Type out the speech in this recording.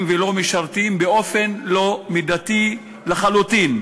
ולא-משרתים באופן לא מידתי לחלוטין.